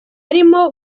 arimo